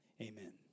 Amen